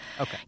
Okay